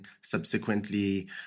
subsequently